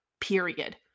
Period